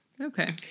Okay